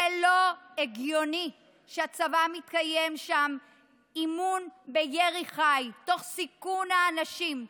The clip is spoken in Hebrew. זה לא הגיוני שהצבא מקיים שם אימון בירי חי תוך סיכון האנשים,